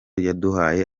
yaduhaye